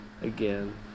again